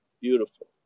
Beautiful